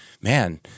Man